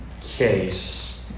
Case